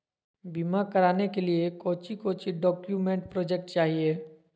बीमा कराने के लिए कोच्चि कोच्चि डॉक्यूमेंट प्रोजेक्ट चाहिए?